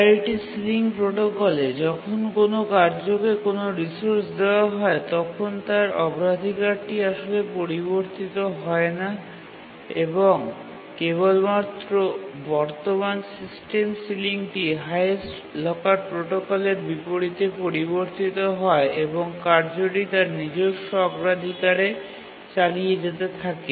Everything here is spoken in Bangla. প্রাওরিটি সিলিং প্রোটোকলে যখন কোনও কার্যকে কোনও রিসোর্স দেওয়া হয় তখন তার অগ্রাধিকারটি আসলে পরিবর্তিত হয় না এবং কেবলমাত্র বর্তমান সিস্টেম সিলিংটি হাইয়েস্ট লকার প্রোটোকলের বিপরীতে পরিবর্তিত হয় এবং কার্যটি তার নিজস্ব অগ্রাধিকারে চালিয়ে যেতে থাকে